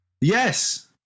Yes